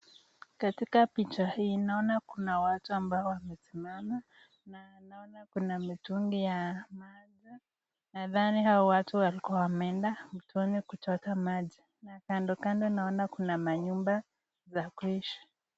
Katika picha hii ninaona kuna watu ambao wamesimama na ninaona kuna mitungi ya maji, nadhani hawa watu wako wameenda mtoni kuchota maji kando kando naona kuna manyumba za kuishi.